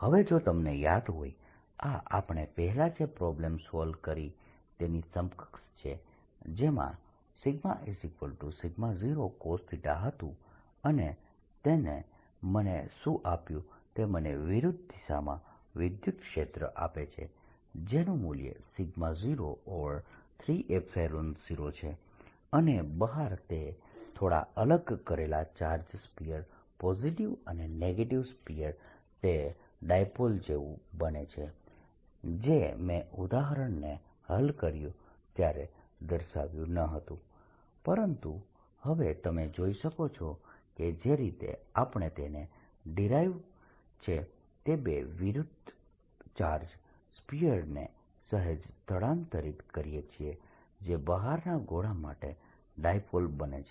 હવે જો તમને યાદ હોય આ આપણે પહેલા જે પ્રોબ્લેમ સોલ્વ કરી તેની સમકક્ષ છે જેમાં 0cos હતું અને તેણે મને શું આપ્યું તે મને વિરુદ્ધ દિશામાં વિદ્યુતક્ષેત્ર આપે છે જેનું મૂલ્ય 03ϵ0 છે અને બહાર તે બે થોડા અલગ કરેલા ચાર્જ સ્ફિયર પોઝિટીવ અને નેગેટીવ સ્ફિયર તે ડાયપોલ જેવું બને છે જે મેં ઉદાહરણને હલ કર્યું ત્યારે દર્શાવ્યું ન હતું પરંતુ હવે તમે જોઈ શકો છો કે જે રીતે આપણે તેને ડિરાઈવ છે તે બે વિરુદ્ધ ચાર્જ સ્ફિયરને સહેજ સ્થળાંતરિત કરીએ છીએ જે બહારના ગોળા માટે ડાયપોલ બને છે